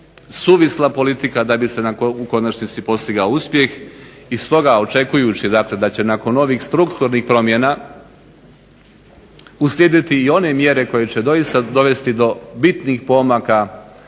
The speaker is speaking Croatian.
suvisla politika da bi se u konačnici postigao uspjeh. I stoga, očekujući dakle da će nakon ovih strukturnih promjena uslijediti i one mjere koje će doista dovesti do bitnih pomaka